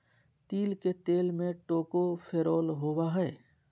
तिल के तेल में टोकोफेरोल होबा हइ